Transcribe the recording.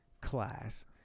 class